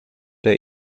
der